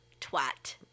twat